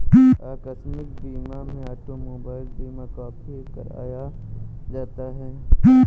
आकस्मिक बीमा में ऑटोमोबाइल बीमा काफी कराया जाता है